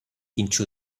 into